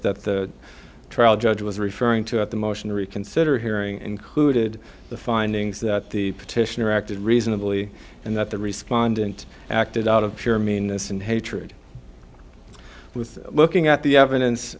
that the trial judge was referring to at the motion to reconsider hearing included the findings that the petitioner acted reasonably and that the responded and acted out of pure minas and hatred with looking at the evidence